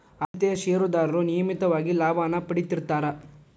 ಆದ್ಯತೆಯ ಷೇರದಾರರು ನಿಯಮಿತವಾಗಿ ಲಾಭಾನ ಪಡೇತಿರ್ತ್ತಾರಾ